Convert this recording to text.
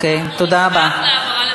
אנחנו נשמח להעביר לוועדת החינוך.